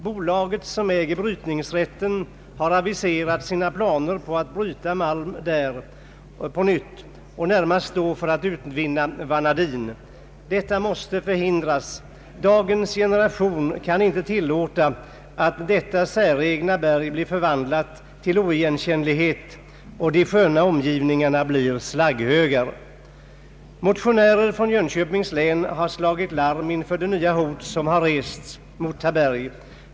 Bolaget som äger brytningsrätten har aviserat sina planer på att åter bryta malm där, närmast för att utvinna vanadin. Detta måste förhindras. Dagens generation kan inte tillåta att detta säregna berg blir förvandlat till oigenkännlighet och de sköna omgivningarna blir slagghögar. Motionärer från Jönköpings län har slagit larm inför det nya hot som reses mot Taberg.